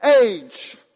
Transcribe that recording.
age